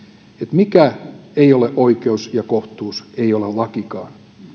mikä ei ole oikeus ja kohtuus ei ole lakikaan